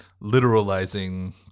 literalizing